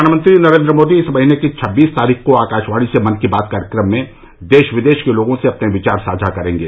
प्रधानमंत्री नरेन्द्र मोदी इस महीने की छब्बीस तारीख को आकाशवाणी से मन की बात कार्यक्रम में देश विदेश के लोगों से अपने विचार साझा करेंगे